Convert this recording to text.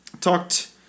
talked